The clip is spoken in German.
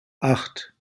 acht